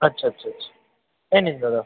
আচ্ছা আচ্ছা আচ্ছা এই নিন দাদা